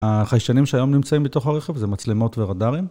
החיישנים שהיום נמצאים בתוך הרכב זה מצלמות ורדארים.